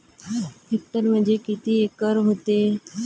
Hectare म्हणजे किती acre व्हते?